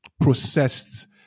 processed